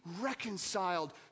reconciled